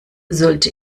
sollte